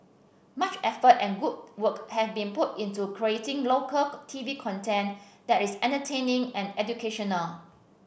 much effort and good work have been put into creating local T V content that is entertaining and educational